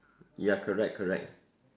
ya correct correct